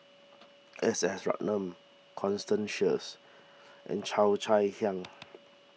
S S Ratnam Constance Sheares and Cheo Chai Hiang